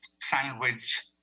sandwich